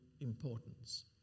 importance